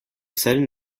sudden